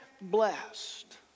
blessed